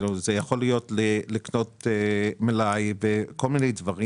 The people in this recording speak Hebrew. זה יכול להיות כדי לקנות מלאי וכל מיני דברים